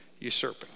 usurping